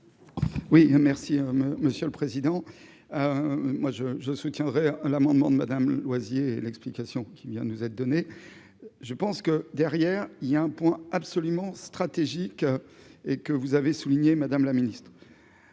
Oui merci monsieur le président moi je, je soutiendrai l'amendement de Madame Loisier, l'explication qui vient de nous être donné, je pense que derrière il y a un point absolument stratégique et que vous avez souligné madame la ministre.